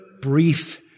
brief